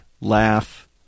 laugh